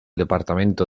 departamento